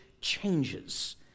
changes